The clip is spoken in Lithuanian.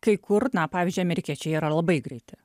kai kur na pavyzdžiui amerikiečiai jie yra labai greiti